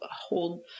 hold